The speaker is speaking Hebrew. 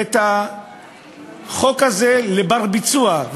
את החוק הזה לבר-ביצוע,